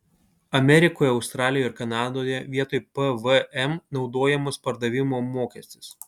amerikoje australijoje ir kanadoje vietoj pvm naudojamas pardavimo mokestis